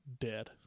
dead